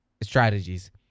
strategies